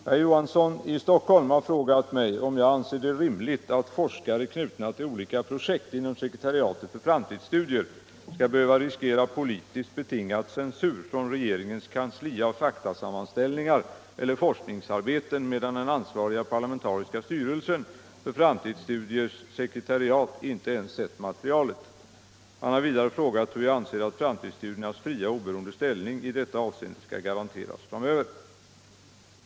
Herr talman! Herr Olof Johansson i Stockholm har frågat mig om jag anser det rimligt att forskare knutna till olika projekt inom sekretariatet för framtidsstudier skall behöva riskera politiskt betingad censur från regeringens kansli av faktasammanställningar eller forskningsarbeten medan den ansvariga parlamentariska styrelsen för sekretariatet för framtidsstudier inte ens sett materialet. Han har vidare frågat hur jag anser att framtidsstudiernas fria och oberoende ställning i detta avseende skall garanteras framöver.